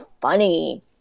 funny